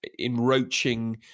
enroaching